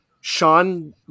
Sean